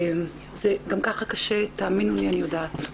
זה גם ככה קשה, תאמינו לי, אני יודעת.